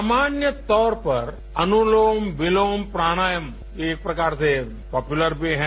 सामान्य तौर पर अनुलोम विलोम प्राणायाम एक प्रकार से पापुलर भी है